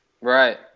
Right